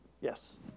Yes